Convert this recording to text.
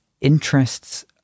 interests